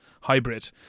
Hybrid